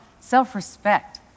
self-respect